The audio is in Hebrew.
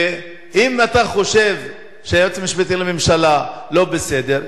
ואם אתה חושב שהיועץ המשפטי לממשלה לא בסדר,